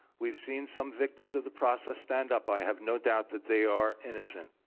we've seen some victims of the process stand up. i have no doubt that they are innocent.